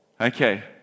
okay